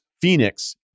Phoenix